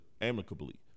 amicably